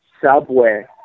Subway